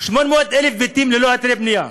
800,000 בתים ללא היתרי בנייה.